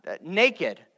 naked